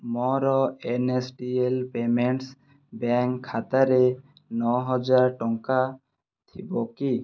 ମୋର NSDL payments bank ଖାତାରେ ନଅ ହଜାର ଟଙ୍କା ଥିବ କି